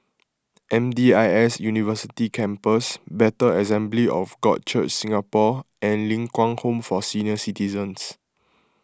M D I S University Campus Bethel Assembly of God Church Singapore and Ling Kwang Home for Senior Citizens